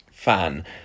fan